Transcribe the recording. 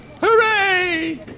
Hooray